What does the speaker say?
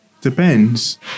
Depends